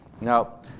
Now